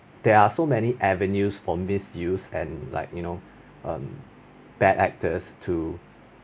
there are so many avenues from this use and like you know um bad actors to